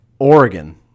Oregon